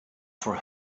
for